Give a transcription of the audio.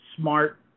smart